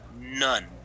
none